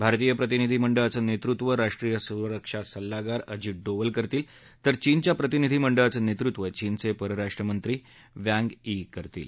भारतीय प्रतिनिधी मंडळाचं नेतृत्व राष्ट्रीय सुरक्षा सल्लागार अजित डोवाल करतील तर चीनच्या प्रतिनिधी मंडळाचं नेतृत्व चीनचे परराष्ट्र मंत्री वॅन्ग यी करतील